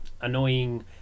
annoying